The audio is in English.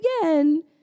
again